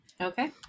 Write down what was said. Okay